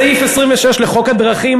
סעיף 6(2) לחוק הדרכים